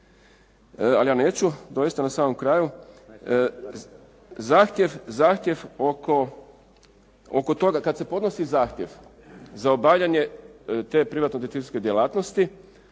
ali ja neću. Doista na samom kraju, zahtjev oko toga. Kad se podnosi zahtjev za obavljanje te privatne detektivske djelatnosti,